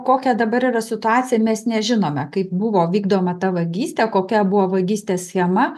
kokia dabar yra situacija mes nežinome kaip buvo vykdoma ta vagystė kokia buvo vagystės schema